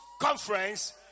conference